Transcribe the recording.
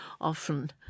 often